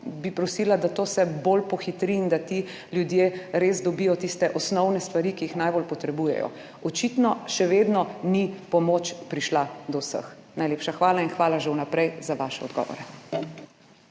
bi prosila, da to se bolj pohitri in da ti ljudje res dobijo tiste osnovne stvari, ki jih najbolj potrebujejo. Očitno še vedno ni pomoč prišla do vseh. Najlepša hvala in hvala že vnaprej za vaše odgovore.